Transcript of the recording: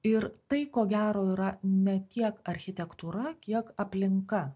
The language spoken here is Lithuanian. ir tai ko gero yra ne tiek architektūra kiek aplinka